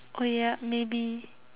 oh ya maybe